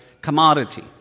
commodity